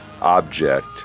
object